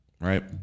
right